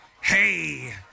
Hey